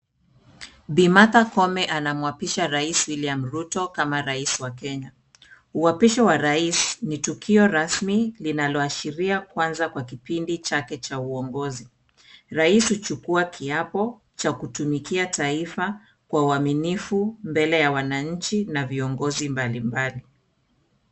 Bi. Martha Koome anamwapisha Rais William Ruto kama Rais wa Kenya, uwapisho wa Rais ni tukio rasmi linaloashiria kuanza kwa kipindi chake cha uongozi, Rais huchukua kiapo cha kutumikia taifa kwa uaminifu mbele ya wananchi na viongozi mbalimbali.